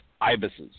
Ibises